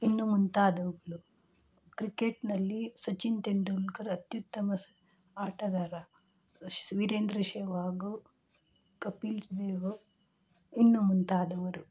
ಇನ್ನೂ ಮುಂತಾದವುಗಳು ಕ್ರಿಕೆಟ್ನಲ್ಲಿ ಸಚಿನ್ ತೆಂಡೂಲ್ಕರ್ ಅತ್ಯುತ್ತಮ ಆಟಗಾರ ಅಶ್ ವೀರೇಂದ್ರ ಸೆಹೆವಾಗ್ ಕಪಿಲ್ ದೇವ್ ಇನ್ನೂ ಮುಂತಾದವರು